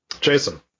Jason